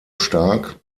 stark